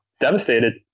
devastated